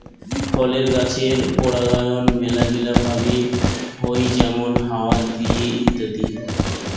ফলের গাছের পরাগায়ন মেলাগিলা ভাবে হউ যেমন হাওয়া দিয়ে ইত্যাদি